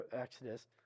Exodus